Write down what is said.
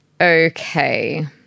Okay